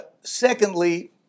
Secondly